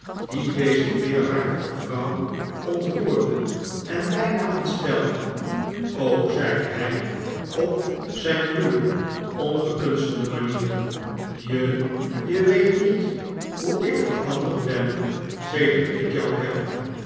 die deze teerhartige vrouw ontroerde en bijna ontstelde o zeide hij op zijn ruwe ongekunstelde manier je je weet niet hoe ik veranderd ben sedert ik jou ken